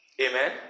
Amen